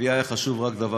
זה בסיס ההצעה,